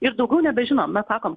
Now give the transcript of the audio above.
ir daugiau nebežinom mes sakom